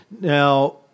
Now